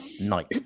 night